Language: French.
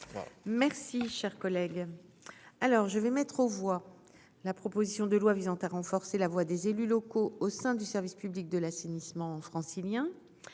Merci cher collègue. Alors je vais mettre aux voix, la proposition de loi visant à renforcer la voix des élus locaux au sein du service public de l'assainissement francilien.